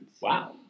Wow